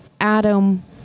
Adam